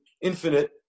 infinite